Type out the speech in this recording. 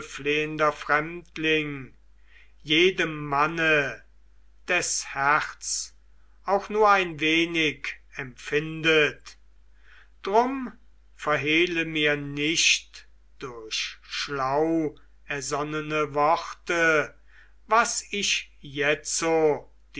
hilfeflehender fremdling jedem manne des herz auch nur ein wenig empfindet drum verhehle mir nicht durch schlauersonnene worte was ich jetzo